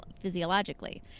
physiologically